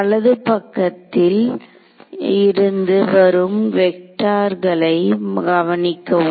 வலது பக்கத்தில் இருந்து வரும் வெக்டார்களை கவனிக்கவும்